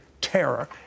terror